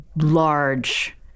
large